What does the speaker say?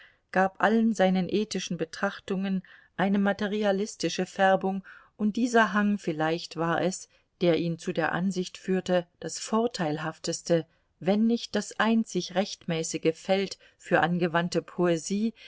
gab allen seinen ethischen betrachtungen eine materialistische färbung und dieser hang vielleicht war es der ihn zu der ansicht führte das vorteilhafteste wenn nicht das einzig rechtmäßige feld für angewandte poesie